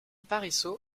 parisot